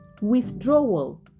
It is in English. Withdrawal